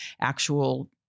actual